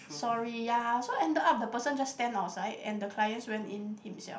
sorry ya so ended up the person just stand outside and the clients went in himself